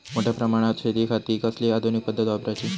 मोठ्या प्रमानात शेतिखाती कसली आधूनिक पद्धत वापराची?